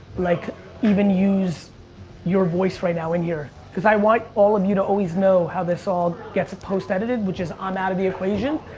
like even use your voice right now in here. because i want all of you to always know how this all gets post edited. which is i'm out of the equation.